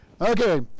Okay